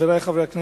חברי חברי הכנסת,